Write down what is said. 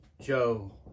Joe